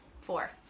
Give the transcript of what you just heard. Four